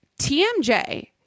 tmj